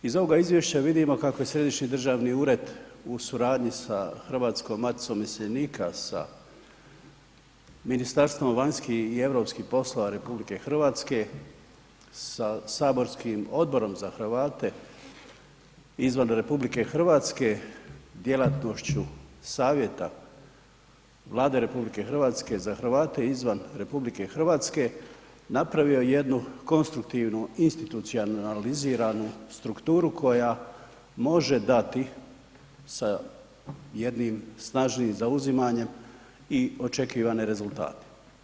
Iz ovoga izvješća vidimo kako je središnji državni ured u suradnji sa Hrvatskom maticom iseljenika, sa Ministarstvom vanjskih i europskih poslova RH, sa saborskim Odborom za Hrvate izvan RH djelatnošću savjeta Vlade RH za Hrvate izvan RH, napravio jednu konstruktivnu, institucionaliziranu strukturu koja može dati sa jednim snažnijim zauzimanjem i očekivane rezultate.